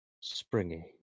springy